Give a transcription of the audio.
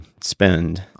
spend